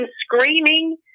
screaming